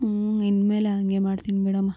ಹ್ಞೂ ಇನ್ಮೇಲೆ ಹಂಗೆ ಮಾಡ್ತೀನಿ ಬಿಡಮ್ಮ